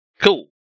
Cool